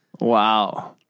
Wow